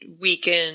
weaken